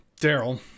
Daryl